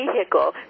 vehicle